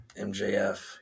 MJF